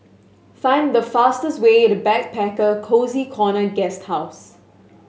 find the fastest way to Backpacker Cozy Corner Guesthouse